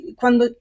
quando